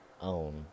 own